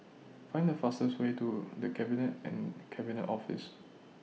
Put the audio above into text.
Find The fastest Way to The Cabinet and Cabinet Office